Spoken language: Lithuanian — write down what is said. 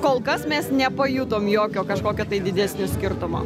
tai kol kas mes nepajutom jokio kažkokio tai didesnio skirtumo